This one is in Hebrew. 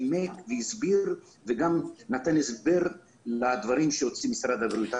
נימק והסביר וגם נתן הסבר לדברים שהוציא משרד הבריאות.